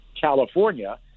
California